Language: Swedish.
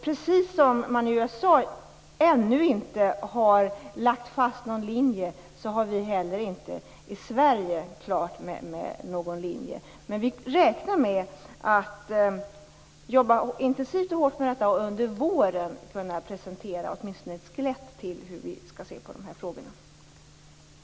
Precis som i USA har vi ännu inte i Sverige lagt fast någon linje. Men vi räknar med att arbeta intensivt med dessa frågor för att under våren kunna presentera åtminstone ett skelett när det gäller hur vi ser på dem.